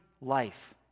life